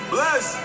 Bless